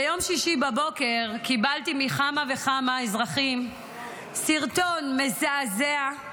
ביום שישי בבוקר קיבלתי מכמה וכמה אזרחים סרטון מזעזע,